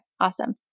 Awesome